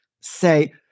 say